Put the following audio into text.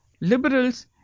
liberals